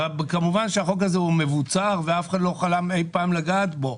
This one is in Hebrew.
כמובן שהחוק הזה הוא מבוצר ואף אחד לא חלם אי פעם לגעת בו,